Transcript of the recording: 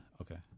okay